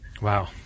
Wow